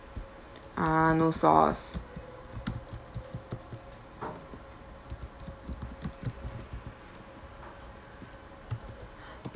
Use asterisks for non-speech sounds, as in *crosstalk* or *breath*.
ah no sauce *breath*